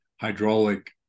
hydraulic